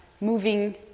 moving